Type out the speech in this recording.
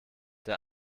der